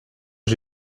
que